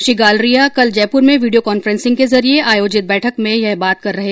श्री गालरिया कल जयपुर में video conferencing के जरिए आयोजित बैठक में यह बात कही